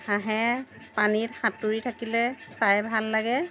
হাঁহে পানীত সাঁতুৰি থাকিলে চাই ভাল লাগে